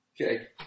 Okay